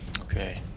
okay